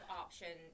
option